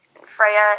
Freya